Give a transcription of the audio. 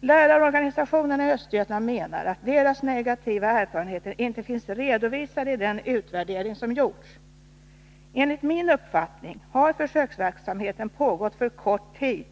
Lärarorganisationerna i Östergötland menar att deras negativa erfarenheter inte finns redovisade i den utvärdering som gjorts. Enligt min uppfattning har försöksverksamheten pågått för kort tid.